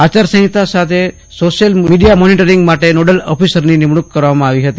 આચાર સંહિતા સાથે સોશિયલ મીડિયા મોનીટરીંગ માટે નોડલ ઓફિસરની નિમણુક કરવામાં આવી હતી